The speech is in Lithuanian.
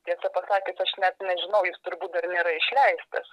tiesą pasakius aš net nežinau jis turbūt dar nėra išleistas